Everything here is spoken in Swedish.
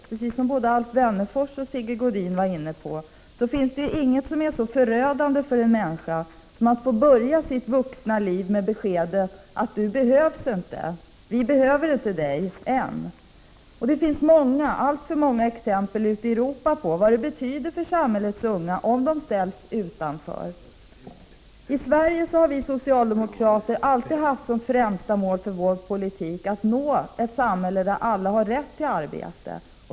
Precis som både Alf Wennerfors och Sigge Godin sade finns det inget som är så förödande för en människa som att få börja sitt vuxna liv med beskedet: Du behövs inte. Vi behöver dig inte än. Ute i Europa ser vi många exempel på vilka följder det får för de unga i samhället om de ställs utanför. I Sverige har vi socialdemokrater alltid haft som främsta mål för vår politik att skapa ett samhälle där alla har rätt till arbete.